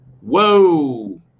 Whoa